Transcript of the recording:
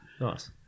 Nice